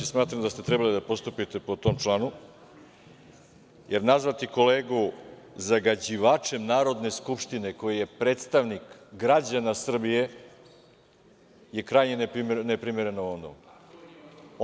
Smatram da ste trebali da postupite po tom članu, jer nazvati kolegu zagađivačem Narodne skupštine, koji je predstavnik građana Srbije, je krajnje neprimereno ovom domu.